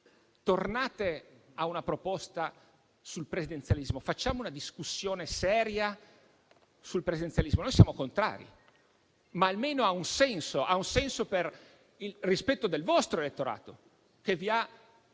Tornate a una proposta sul presidenzialismo e facciamo una discussione seria in merito. Noi siamo contrari, ma almeno ha un senso per il rispetto del vostro elettorato, che vi ha